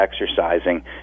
exercising